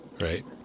Right